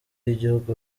y’igihugu